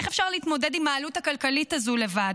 איך אפשר להתמודד עם העלות הכלכלית הזו לבד?